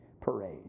parade